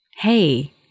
Hey